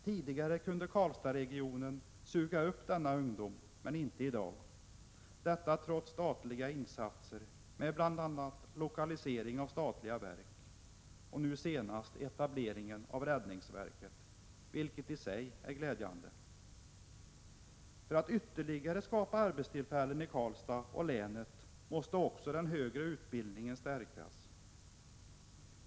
Tidigare kunde Karlstadsregionen suga upp denna ungdom, men inte i dag, detta trots statliga insatser med bl.a. lokalisering av statliga verk, nu senast etableringen av räddningsverket, vilket i sig är glädjande. För att ytterligare skapa arbetstillfällen i Karlstad och länet måste också den högre utbildningen stärkas.